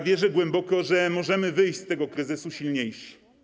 Wierzę głęboko, że możemy wyjść z tego kryzysu silniejsi.